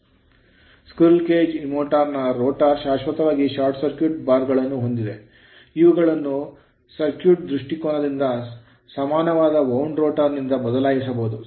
squirrel cage ಅಳಿಲು ಪಂಜರದ motor ನ ರೋಟರ್ ಶಾಶ್ವತವಾಗಿ ಶಾರ್ಟ್ ಸರ್ಕ್ಯೂಟ್ ಬಾರ್ ಗಳನ್ನು ಹೊಂದಿದೆ ಇವುಗಳನ್ನು ಸರ್ಕ್ಯೂಟ್ ದೃಷ್ಟಿಕೋನದಿಂದ ಸಮಾನವಾದ wound ರೋಟರ್ ನಿಂದ ಬದಲಾಯಿಸಬಹುದು